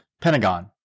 Pentagon